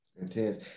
Intense